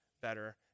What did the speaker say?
better